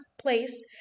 place